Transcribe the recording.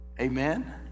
amen